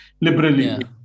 liberally